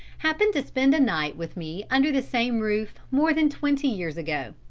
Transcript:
happened to spend a night with me under the same roof, more than twenty years ago.